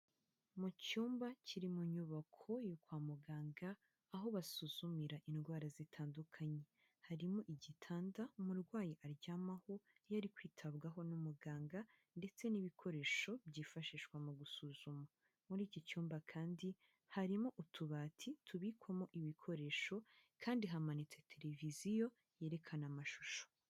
Mu cyumba kiri mu nyubako yo kwa muganga, aho basuzumira indwara zitandukanye, harimo igitanda umurwayi aryamaho iyo ari kwitabwaho n'umuganga ndetse n'ibikoresho byifashishwa mu gusuzuma. Muri iki cyumba kandi harimo utubati tubikwamo ibikoresho, kandi hamanitse tereviziyo yerekana amashusho.